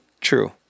True